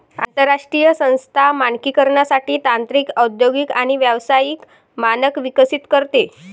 आंतरराष्ट्रीय संस्था मानकीकरणासाठी तांत्रिक औद्योगिक आणि व्यावसायिक मानक विकसित करते